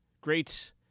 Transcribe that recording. Great